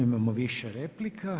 Imamo više replika.